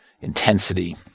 intensity